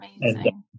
Amazing